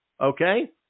Okay